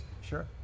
Sure